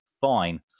fine